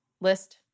list